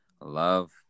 Love